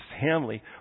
family